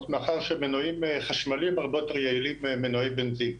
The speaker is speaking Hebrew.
מאחר שמנועים חשמליים הרבה יותר יעילים ממנועי בנזין.